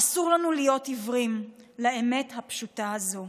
אסור לנו להיות עיוורים לאמת הפשוטה הזו.